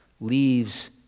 leaves